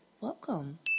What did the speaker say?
welcome